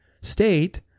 state